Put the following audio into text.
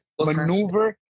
maneuver